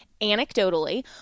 anecdotally